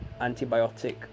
antibiotic